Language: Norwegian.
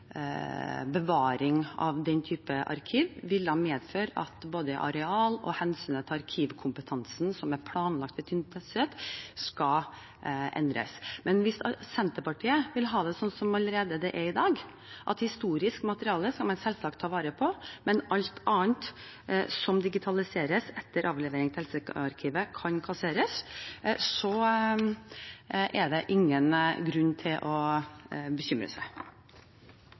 bevaring av den type arkiv ville medføre at både areal og arkivkompetansen som er planlagt i Tynset, skal endres. Men hvis Senterpartiet vil ha det sånn som det allerede er i dag, at historisk materiale skal man selvsagt ta vare på, men at alt annet som digitaliseres etter avlevering til helsearkivet, kan kasseres, er det ingen grunn til å bekymre seg.